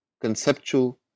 conceptual